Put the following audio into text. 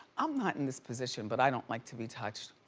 i'm not in this position, but i don't like to be touched.